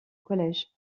collège